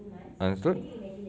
understood